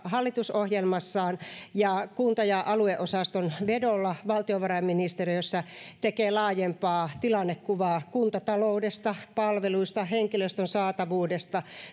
hallitusohjelmassaan ja kunta ja alueosaston vedolla valtiovarainministeriössä tekee laajempaa tilannekuvaa tästä kokonaisuudesta kuntataloudesta palveluista henkilöstön saatavuudesta